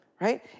right